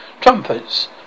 Trumpets